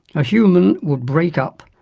a human would break up,